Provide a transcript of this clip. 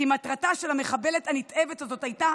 כי מטרתה של המחבלת הנתעבת הזאת הייתה